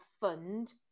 fund